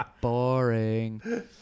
Boring